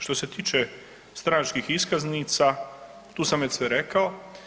Što se tiče stranačkih iskaznica tu sam već sve rekao.